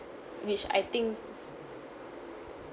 which I think